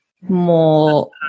more